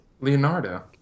Leonardo